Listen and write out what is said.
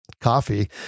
coffee